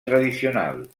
tradicional